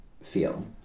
feel